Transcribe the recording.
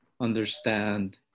understand